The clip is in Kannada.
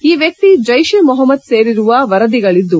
ಈ ವ್ಲಕ್ಷಿ ಜೈಷ್ ಎ ಮೊಹಮ್ದ್ ಸೇರಿರುವ ವರದಿಗಳದ್ದು